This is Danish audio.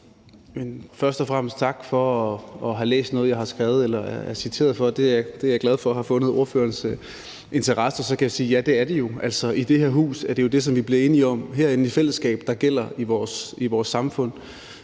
Først og fremmest tak for at have læst noget, jeg har skrevet eller er citeret for. Det er jeg glad for har vækket ordførerens interesse. Og så kan jeg sige, at ja, det er det jo. I det her hus er det jo det, som vi bliver enige om i fællesskab, der gælder i vores samfund.